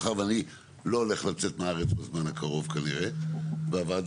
מאחר ואני לא הולך לצאת מהארץ בזמן הקרוב כנראה והוועדה